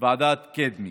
ועדת קדמי,